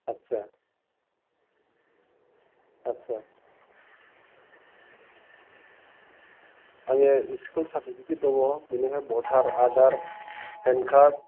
आच्चा आच्चा आंनिया स्कुल सार्टिफिखेट दङ बेनिफ्राय भटार आधार पेन कार्द